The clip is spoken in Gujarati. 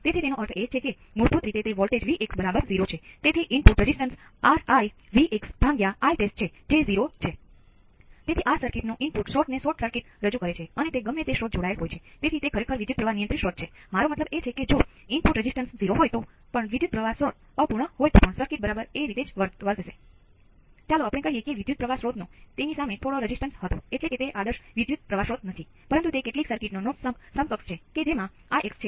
તેથી તે ઢાળથી શરૂ થશે અને જો તમે તે રેખાના ઢાળની ગણતરી કરો તો તે માઇક્રોસેકન્ડ હોય છે